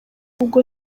ubwo